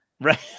Right